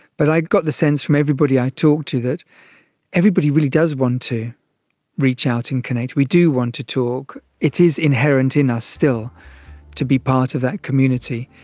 but i got the sense from everybody i talked to that everybody really does want to reach out and connect, we do want to talk, it is inherent in us still to be part of that community.